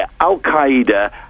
Al-Qaeda